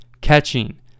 catching